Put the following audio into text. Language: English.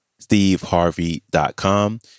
steveharvey.com